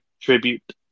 tribute